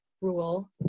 rule